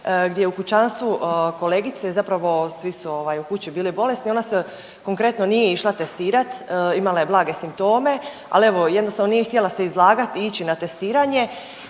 gdje u kućanstvu kolegice zapravo svi su u kući bili bolesni ona se konkretno nije išla testirat, imala je blage simptome, ali evo jednostavno nije se htjela izlagat i ići na testiranje